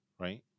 Right